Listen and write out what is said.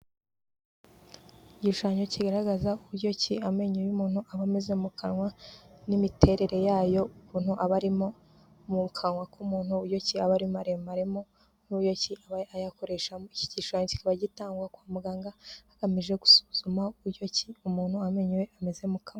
Igishushanyo kigaragaza uburyo ki amenyo y'umuntu aba ameze mu kanwa, n'imiterere yayo, ukuntu aba ari mu kanwa k'umuntu, uburyo ki aba ari maremare mo, n'uburyo ki aba ayakoresha mo. Iki gishanyo kikaba gitangwa kwa muganga hagamijwe gusuzuma uburyo ki umuntu amenyo ameze mu kanwa.